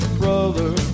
brother